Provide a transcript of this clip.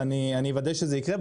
ואני אוודה שזה יקרה,